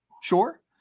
sure